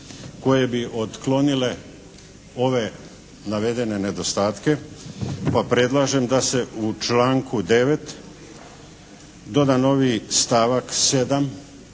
koje bi otklonile ove navedene nedostatke. Pa predlažem da se u članku 9. doda novi stavak 7.